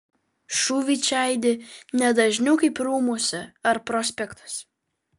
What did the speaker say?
šūviai čia aidi ne dažniau kaip rūmuose ar prospektuose